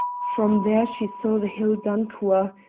from there she saw the hill dunchuach,